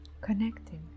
connecting